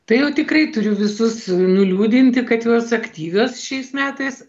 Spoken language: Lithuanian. tai jau tikrai turiu visus nuliūdinti kad jos aktyvios šiais metais